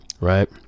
right